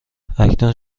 اکنون